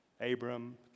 Abram